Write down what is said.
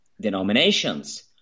denominations